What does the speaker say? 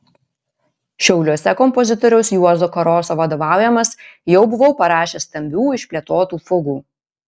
šiauliuose kompozitoriaus juozo karoso vadovaujamas jau buvau parašęs stambių išplėtotų fugų